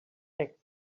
eggs